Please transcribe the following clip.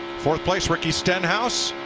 fourth place, ricky stenhouse.